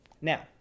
Now